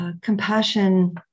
compassion